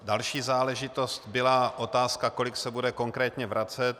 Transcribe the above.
Další záležitost byla otázka, kolik se bude konkrétně vracet.